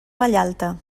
vallalta